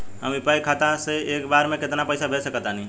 हम यू.पी.आई खाता से एक बेर म केतना पइसा भेज सकऽ तानि?